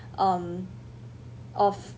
um of